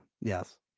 Yes